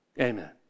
amen